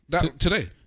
Today